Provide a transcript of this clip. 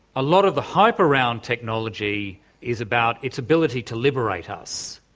a lot of the hype around technology is about its ability to liberate us.